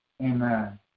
Amen